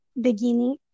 beginning